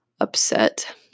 upset